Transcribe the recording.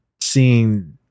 seeing